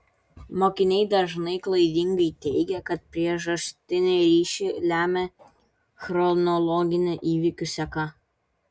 mokiniai dažnai klaidingai teigia kad priežastinį ryšį lemia chronologinė įvykių seka